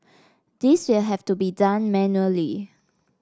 this will have to be done manually